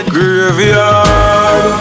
Graveyard